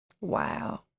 Wow